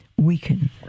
weaken